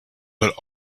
put